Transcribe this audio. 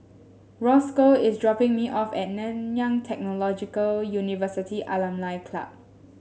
Rosco is dropping me off at Nanyang Technological University Alumni Club